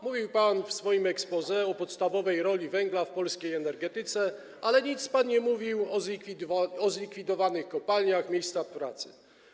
Mówił pan w swoim exposé o podstawowej roli węgla w polskiej energetyce, ale nic pan nie mówił o zlikwidowanych kopalniach, miejscach pracy.